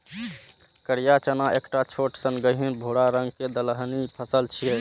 करिया चना एकटा छोट सन गहींर भूरा रंग के दलहनी फसल छियै